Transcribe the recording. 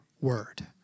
word